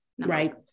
Right